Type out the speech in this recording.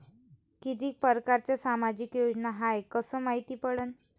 कितीक परकारच्या सामाजिक योजना हाय कस मायती पडन?